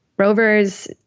Rovers